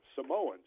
samoans